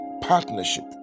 partnership